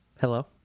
Hello